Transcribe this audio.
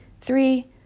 three